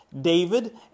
David